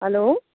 hello